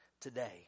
today